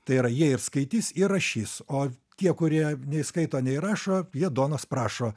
tai yra jie ir skaitys ir rašys o tie kurie nei skaito nei rašo duonos prašo